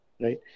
right